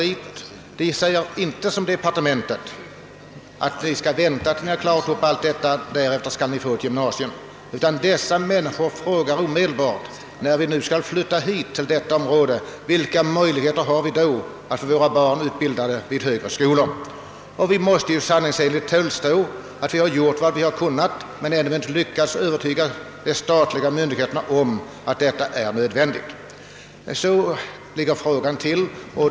Dessa människor säger inte som departementet, att vi bör vänta med ett nytt gymnasium tills vi klarat upp alla dessa ting. Dessa människor frågar omedelbart när de skall flytta till detta område, vilka möjligheter de har att få sina barn utbildade vid högre skolor. Vi måste tillstå att vi gjort vad vi kunnat men ännu inte lyckats övertyga de statliga myndigheterna om att det är nödvändigt att vi får ett gymnasium.